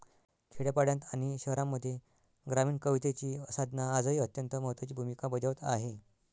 खेड्यापाड्यांत आणि शहरांमध्ये ग्रामीण कवितेची साधना आजही अत्यंत महत्त्वाची भूमिका बजावत आहे